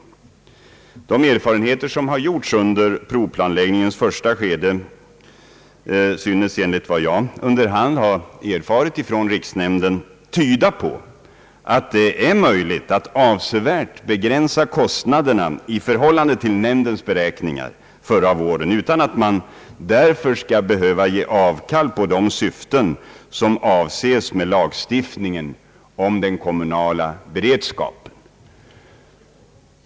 De erfarenheter som har gjorts under provplanläggningens första skede synes, enligt vad jag under hand har erfarit från riksnämnden, tyda på att det är möjligt att avsevärt begränsa kostnaderna i förhållande till nämndens beräkningar förra våren utan att man därför skall behöva ge avkall på de syften som avses med lagstiftningen om den kommunala beredskapen.